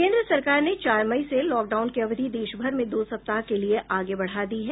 केन्द्र सरकार ने चार मई से लॉकडाउन की अवधि देशभर में दो सप्ताह के लिए आगे बढ़ा दी है